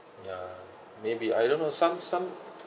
ya maybe I don't know some some